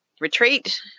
retreat